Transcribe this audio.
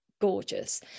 gorgeous